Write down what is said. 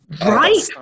right